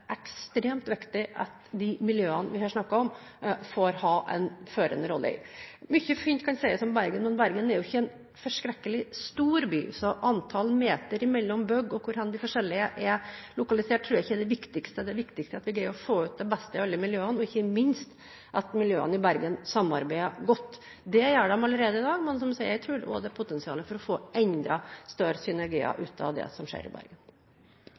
ekstremt viktig at de miljøene vi her snakker om, får ha en førende rolle i. Mye fint kan sies om Bergen, men Bergen er jo ikke en forskrekkelig stor by, så jeg tror ikke at antall meter mellom byggene og hvor de forskjellige byggene er lokalisert, er det viktigste. Det viktigste er at vi greier å få ut det beste i alle miljøene, og ikke minst at miljøene i Bergen samarbeider godt. Det gjør de allerede i dag, men jeg tror også det er et potensial for å få enda større synergier ut av det som skjer i Bergen.